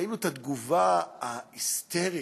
ראינו את התגובה ההיסטרית,